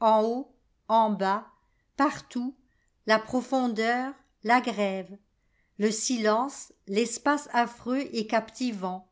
en haut en bas partout la profondeur la grève le silence l'espace affreux et captivant